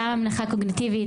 גם לנכות קוגניטיבית,